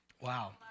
Wow